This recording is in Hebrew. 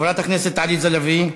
חברת הכנסת עליזה לביא,